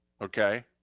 Okay